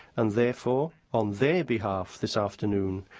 and therefore, on their behalf this afternoon,